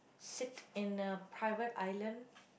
sit in a private island